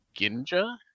Ginja